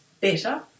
better